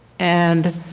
and